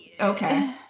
okay